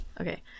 Okay